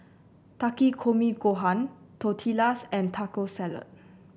Takikomi Gohan Tortillas and Taco Salad